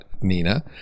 Nina